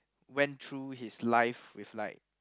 went through his life with like